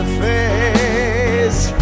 face